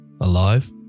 alive